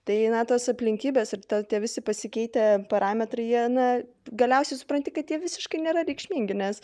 tai na tos aplinkybės ir tie visi pasikeitę parametrai jie na galiausiai supranti kad jie visiškai nėra reikšmingi nes